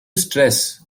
stress